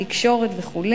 תקשורת וכו',